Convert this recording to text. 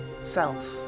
self